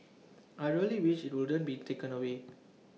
I really wish IT wouldn't be taken away